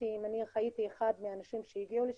אני הייתי אחד מהאנשים שהגיעו לשם,